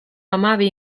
hamabi